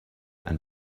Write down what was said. and